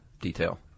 detail